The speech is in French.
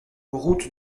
route